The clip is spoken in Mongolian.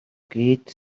гээд